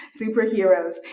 superheroes